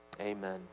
Amen